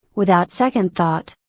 without second thought.